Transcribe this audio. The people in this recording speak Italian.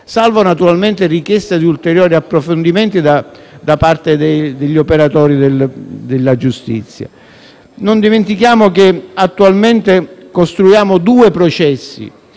salvo naturalmente richiesta di ulteriori approfondimenti da parte degli operatori della giustizia. Non dimentichiamo che attualmente costruiamo due processi: